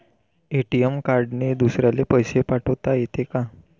ATM कार्डने दुसऱ्याले पैसे पाठोता येते का?